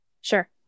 Sure